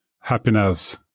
happiness